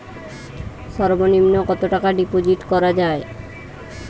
সর্ব নিম্ন কতটাকা ডিপোজিট করা য়ায়?